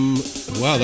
wow